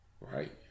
right